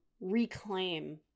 reclaim